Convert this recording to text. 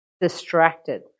distracted